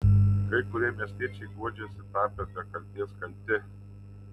kai kurie miestiečiai guodžiasi tapę be kaltės kalti